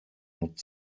not